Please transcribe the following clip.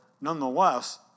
nonetheless